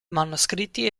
manoscritti